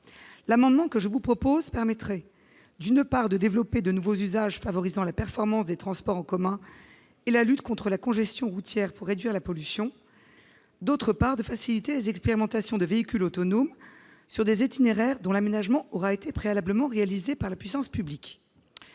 L'amendement que je vous propose d'adopter vise, d'une part, à développer de nouveaux usages favorisant la performance des transports en commun et la lutte contre la congestion routière de manière à réduire la pollution et, d'autre part, à faciliter les expérimentations de véhicules autonomes sur des itinéraires dont l'aménagement aura été préalablement réalisé par la puissance publique.